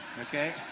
okay